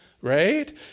right